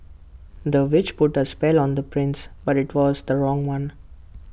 the witch put A spell on the prince but IT was the wrong one